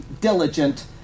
diligent